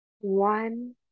one